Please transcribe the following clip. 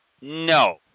No